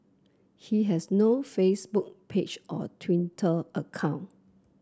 he has no Facebook page or Twitter account